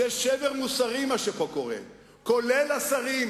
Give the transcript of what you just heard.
זה שבר מוסרי מה שפה קורה, גם השרים,